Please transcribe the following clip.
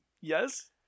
Yes